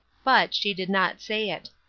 but she did not say it.